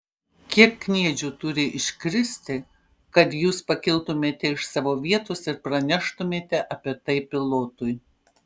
kiek kniedžių turi iškristi kad jūs pakiltumėte iš savo vietos ir praneštumėte apie tai pilotui